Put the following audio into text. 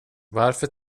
varför